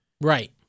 Right